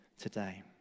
today